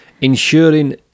ensuring